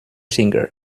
singer